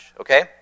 okay